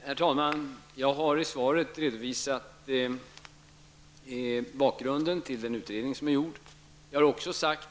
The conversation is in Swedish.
Herr talman! Jag har i svaret redovisat bakgrunden till den utredning som är gjord.